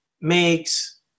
makes